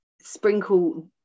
sprinkle